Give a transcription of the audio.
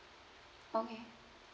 okay